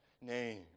name